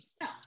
No